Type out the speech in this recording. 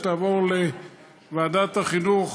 ושהיא תעבור לוועדת החינוך